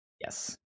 Yes